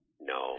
no